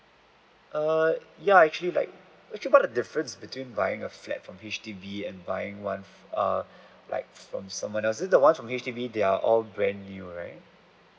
err ya actually like actually what the difference between buying a flat from H_D_B and buying one err like from someone else is it the ones from H_D_B they're all brand new right